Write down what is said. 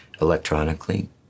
electronically